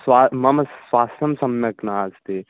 स्वा मम स्वास्थ्यं सम्यक् नास्ति